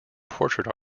portrait